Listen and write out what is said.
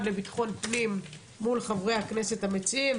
לביטחון הפנים מול חברי הכנסת המציעים.